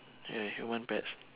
a human pets